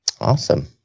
Awesome